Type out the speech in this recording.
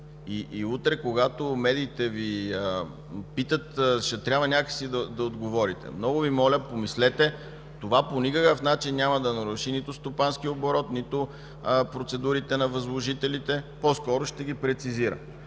и утре, когато медиите Ви питат, ще трябва някак си да отговорите. Много Ви моля, помислете – това по никакъв начин няма да наруши нито стопанския оборот, нито процедурата на възложителите, по-скоро ще ги прецизира.